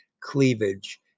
cleavage